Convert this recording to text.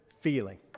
feeling